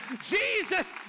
Jesus